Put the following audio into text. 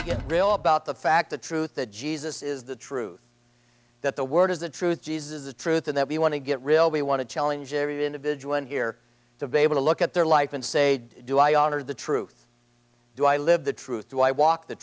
church get real about the fact the truth that jesus is the truth that the word is the truth jesus is a truth and that we want to get real we want to challenge every individual in here to be able to look at their life and say do i honor the truth do i live the truth do i walk the